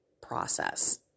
process